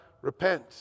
repent